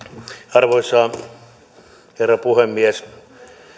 arvoisa herra puhemies